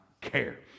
care